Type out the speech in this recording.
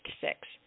six